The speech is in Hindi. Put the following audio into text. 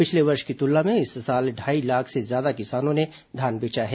पिछले वर्ष की तुलना में इस साल ढाई लाख से ज्यादा किसानों ने धान बेचा है